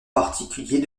particulier